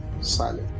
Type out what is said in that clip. silent